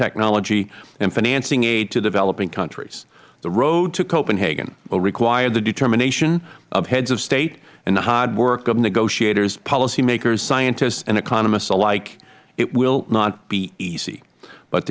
technology and financing aid to developing countries the road to copenhagen will require the determination of heads of state and the hard work of negotiators policy makers scientists and economists alike it will not be easy but